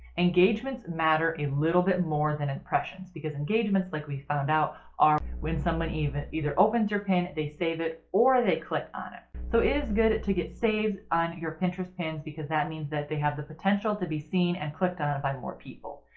engagements matter a little bit more than impressions, because engagements like we found out are when someone either either opens your pin, they save it, or they click on it so it is good to get saves on your pinterest pins because that means that they have the potential to be seen and clicked on by more people.